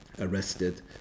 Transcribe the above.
arrested